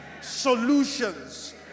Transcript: solutions